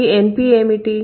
ఈ NP ఏమిటి